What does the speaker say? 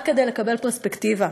רק כדי לקבל פרספקטיבה,